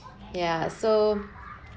yeah so